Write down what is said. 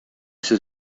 сез